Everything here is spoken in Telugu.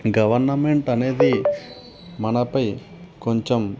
గవర్నమెంట్ అనేది మనపై కొంచెం